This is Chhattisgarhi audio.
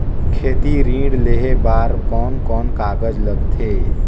खेती ऋण लेहे बार कोन कोन कागज लगथे?